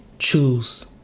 Choose